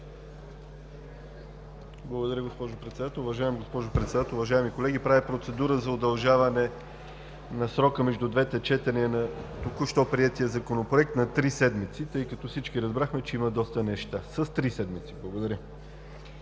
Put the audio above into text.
Благодаря Ви, госпожо Председател. Уважаема госпожо Председател, уважаеми колеги! Правя процедура за удължаване на срока между двете четения на току-що приетия Законопроект с три седмици, тъй като всички разбрахме, че има доста неща. Благодаря